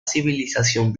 civilización